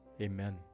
Amen